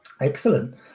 excellent